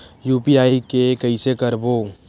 UPI के कइसे करबो?